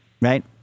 right